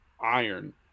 iron